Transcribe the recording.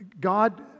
God